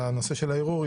לנושא של הערעור,